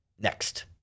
next